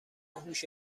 هوش